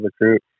recruit